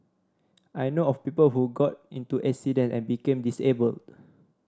I know of people who got into accident and became disabled